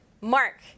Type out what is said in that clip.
mark